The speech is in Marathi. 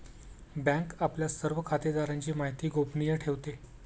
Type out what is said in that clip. बँक आपल्या सर्व खातेदारांची माहिती गोपनीय ठेवते